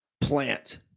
plant